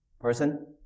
person